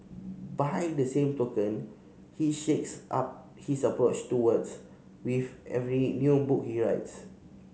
by the same token he shakes up his approach to words with every new book he writes